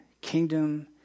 kingdom